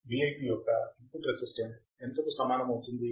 Vi1 Vi2 అయినప్పుడు Vi2 యొక్క input resistance ఎంతకు సమానమవుతుంది